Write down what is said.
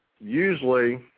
usually